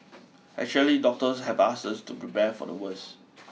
actually doctors have asked us to prepare for the worst